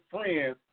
friends